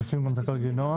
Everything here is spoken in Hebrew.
מוסיפים גם את הגלגינוע.